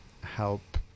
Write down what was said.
Help